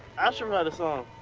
i should write a song.